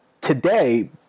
today